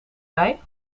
bij